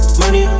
money